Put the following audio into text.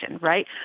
right